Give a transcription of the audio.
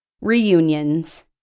Reunions